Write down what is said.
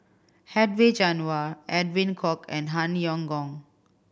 Hedwig Anuar Edwin Koek and Han Yong Hong